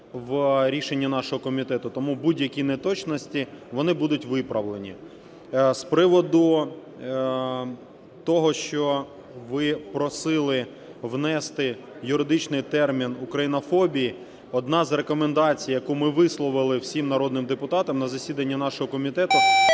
в рішенні нашого комітету, тому будь-які неточності, вони будуть виправлені. З приводу того, що ви просили внести юридичний термін "українофобія". Одна з рекомендацій, яку ми висловили всім народним депутатам на засіданні нашого комітету: